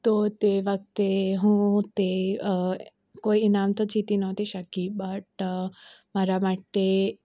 તો તે વખતે હું તે કોઈ ઈનામ તો જીતી નહોતી શકી બટ મારા માટે